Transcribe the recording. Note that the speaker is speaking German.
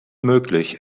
möglich